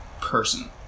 person